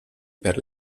per